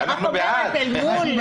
אני רק אומרת זה אל מול --- אנחנו בעד.